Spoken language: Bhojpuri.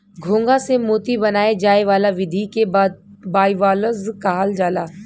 घोंघा से मोती बनाये जाए वाला विधि के बाइवाल्वज कहल जाला